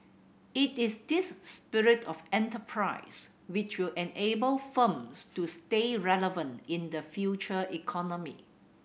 it is this spirit of enterprise which will enable firms to stay relevant in the future economy